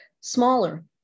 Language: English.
smaller